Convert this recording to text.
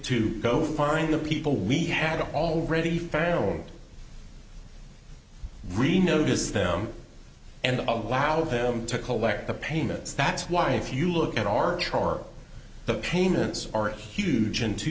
to go find the people we had already failed really notice them and allow them to collect the payments that's why if you look at our chart the payments are a huge in two